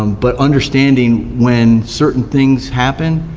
um but understanding when certain things happen,